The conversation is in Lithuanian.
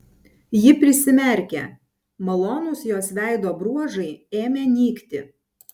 ji prisimerkė malonūs jos veido bruožai ėmė nykti